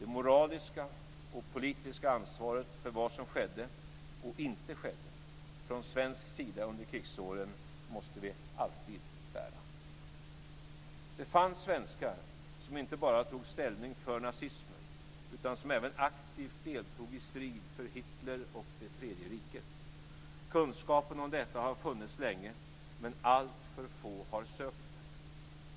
Det moraliska och politiska ansvaret för vad som skedde och inte skedde från svensk sida under krigsåren måste vi alltid bära. Det fanns svenskar som inte bara tog ställning för nazismen utan som även aktivt deltog i strid för Hitler och det tredje riket. Kunskapen om detta har funnits länge, men alltför få har sökt den.